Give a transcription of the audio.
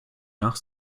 nach